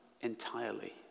entirely